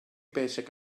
basic